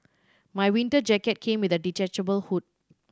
my winter jacket came with a detachable hood